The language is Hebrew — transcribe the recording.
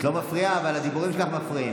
את לא מפריעה, אבל הדיבורים שלך מפריעים.